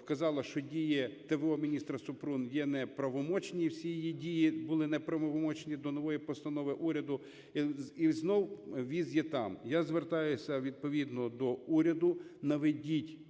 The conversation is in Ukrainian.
вказало, що дії т.в.о. міністра Супрун є неправомочні, всі її дії були неправомочні до нової постанови уряду, і знову віз є там. Я звертаюся відповідно до уряду. Наведіть